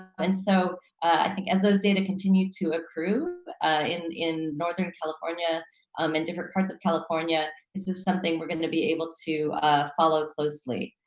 and so i think as those data continue to accrue in in northern california um and different parts of california, this is something we're gonna be able to follow closely.